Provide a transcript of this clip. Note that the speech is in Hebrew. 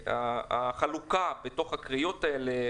החלוקה בתוך הקריאות האלה.